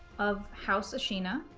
of house ashina.